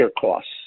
costs